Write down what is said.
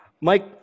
Mike